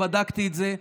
בדקתי את זה,